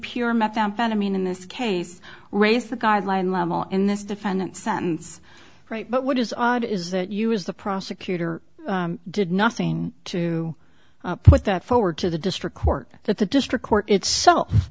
pure methamphetamine in this case raised the guideline level in this defendant sentence right but what is odd is that you as the prosecutor did nothing to put that forward to the district court that the district court it